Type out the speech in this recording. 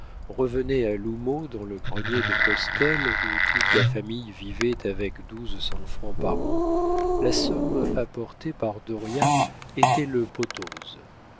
revenait à l'houmeau dans le grenier de postel où toute la famille vivait avec douze cents francs par an la somme apportée par dauriat était le potose